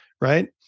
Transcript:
Right